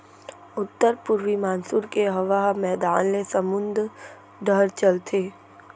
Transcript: उत्तर पूरवी मानसून के हवा ह मैदान ले समुंद डहर चलथे